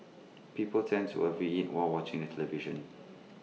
people tend to over eat while watching the television